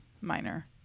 minor